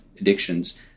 addictions